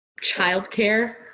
childcare